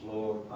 Lord